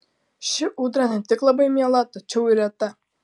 ši ūdra ne tik labai miela tačiau ir reta